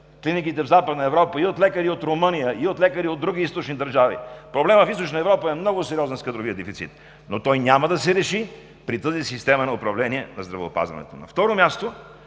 клиниките в Западна Европа се засищат с лекари и от Румъния, и от други източни държави. Проблемът в Източна Европа е много сериозен с кадровия дефицит, но той няма да се реши при тази система на управление на здравеопазването. На второ място,